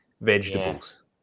vegetables